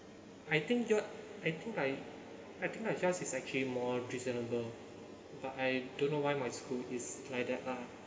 I think I think I I think like it's actually more reasonable but I don't know why my school is like that lah